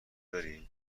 داریم